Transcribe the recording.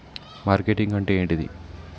Marketing అంటే ఏంటిది?